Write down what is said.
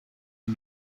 een